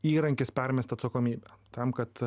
įrankis permest atsakomybę tam kad